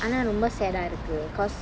ஆனா ரொம்ப:aana romba sad ah இருக்கு:irukku cause